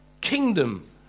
Kingdom